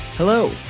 Hello